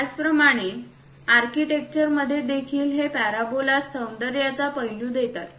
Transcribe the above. त्याचप्रमाणे आर्किटेक्चर मध्ये देखील हे पॅराबोलाज सौंदर्याचा पैलू देतात